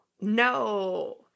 No